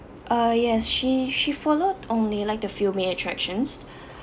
uh yes she she followed only like to few main attractions